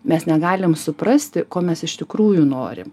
mes negalim suprasti ko mes iš tikrųjų norim